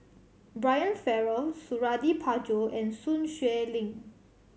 Brian Farrell Suradi Parjo and Sun Xueling